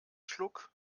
schluck